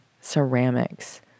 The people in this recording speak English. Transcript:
ceramics